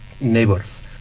neighbors